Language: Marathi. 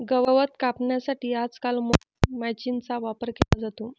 गवत कापण्यासाठी आजकाल मोवर माचीनीचा वापर केला जातो